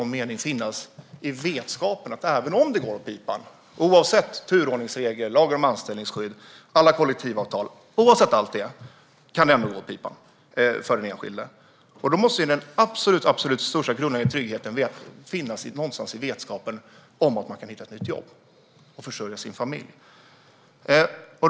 Oavsett turordningsregler, lagen om anställningsskydd och alla kollektivavtal kan det ändå gå åt pipan för den enskilde. Då måste den absolut största grundläggande tryggheten finnas i vetskapen om att man kan hitta ett nytt jobb och försörja sig och sin familj.